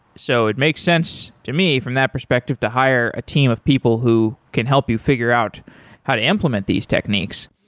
so it makes sense to me from that perspective to hire a team of people who can help you figure out how to implement these techniques.